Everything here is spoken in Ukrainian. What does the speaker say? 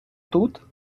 тут